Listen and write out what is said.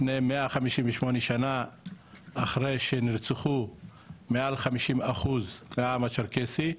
לפני מאה חמישים ושמונה שנה אחרי שנרצחו מעל חמישים אחוז מהעם הצ'רקסי,